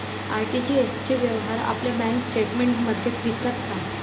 RTGS चे व्यवहार आपल्या बँक स्टेटमेंटमध्ये दिसतात का?